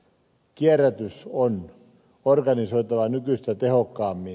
kierrätys on organisoitava nykyistä tehokkaammin